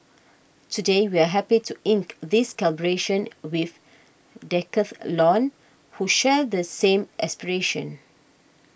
today we are happy to ink this collaboration with Decathlon who share the same aspiration